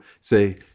say